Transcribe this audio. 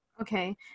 Okay